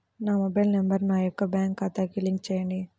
నా mobile number నా యొక్క బ్యాంక్ ఖాతాకి లింక్ చేయండీ?